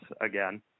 again